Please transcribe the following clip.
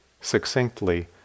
succinctly